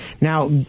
Now